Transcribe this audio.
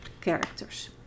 characters